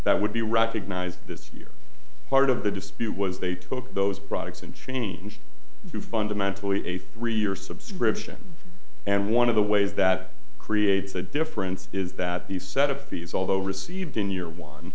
that would be recognized this year part of the dispute was they took those products and changed to fundamentally a three year subscription and one of the ways that creates a difference is that the set of fees although received in year one